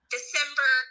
December